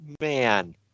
man